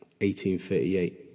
1838